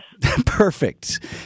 Perfect